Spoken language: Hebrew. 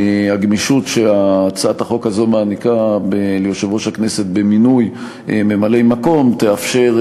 הגמישות שהצעת החוק הזו מעניקה ליושב-ראש הכנסת במינוי ממלאי מקום תאפשר